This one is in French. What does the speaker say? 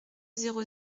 zéro